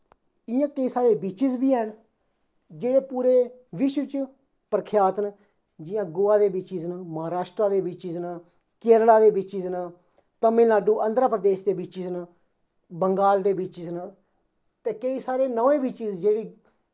इ'यां केईं साढ़े बीचिस बी हैन जेह्ड़े पूरे विश्व च प्रख्यात न जियां गोवा दे बीचिस न महाराश्ट्रा दे बीचिस न केरला दे बीचिस न तमिलनाडू आंध्रा प्रदेश दे बीचिस न बंगाल दे बीचिस न ते केईं सारे नमें बीचिस जेह्ड़ी